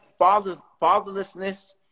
fatherlessness